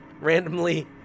randomly